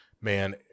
Man